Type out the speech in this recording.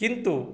କିନ୍ତୁ